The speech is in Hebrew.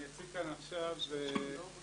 אני אציג כאן עכשיו נתונים